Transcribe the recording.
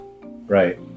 Right